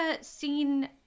seen